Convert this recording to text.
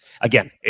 again